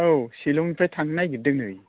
औ सिलंनिफ्राय थांनो नागिरदों नै